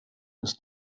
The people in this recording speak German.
ist